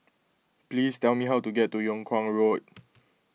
please tell me how to get to Yung Kuang Road